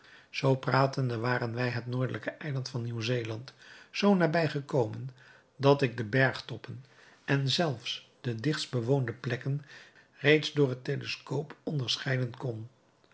zoo pratende waren wij het noordelijke eiland van nieuw-zeeland zoo nabij gekomen dat ik de bergtoppen en zelfs de dichtst bewoonde plekken reeds door het teleskoop onderscheiden kon